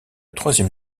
troisième